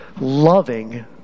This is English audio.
loving